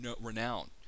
renowned